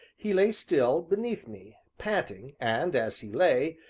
he lay still, beneath me, panting, and, as he lay,